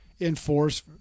enforce